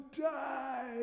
die